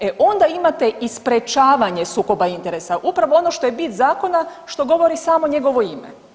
E onda imate i sprječavanje sukoba interesa upravo ono što je bit zakona, što govori samo njegovo ime.